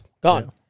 gone